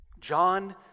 John